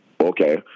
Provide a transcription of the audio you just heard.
okay